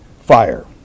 fire